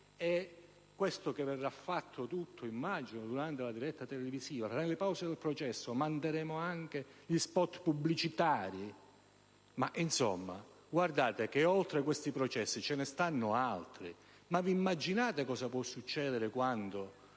È questo che verrà fatto - immagino - durante la diretta televisiva? E tra le pause del processo manderemo in onda anche gli *spot* pubblicitari? Ma insomma, guardate che oltre a questi processi ce ne sono altri. Provate ad immaginare cosa può accadere quando